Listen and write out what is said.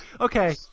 okay